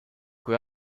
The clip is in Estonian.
kui